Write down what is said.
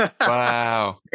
Wow